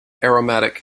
aromatic